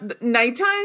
Nighttime